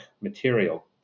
material